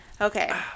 Okay